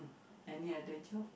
any other job